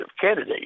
candidate